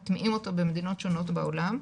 מטמיעים אותו במדינות שונות בעולם.